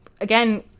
again